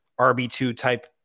RB2-type